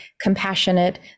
compassionate